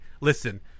listen